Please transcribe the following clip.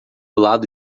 lado